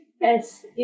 Yes